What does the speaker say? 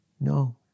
No